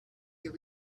you